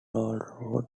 railroad